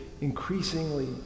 increasingly